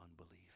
unbelief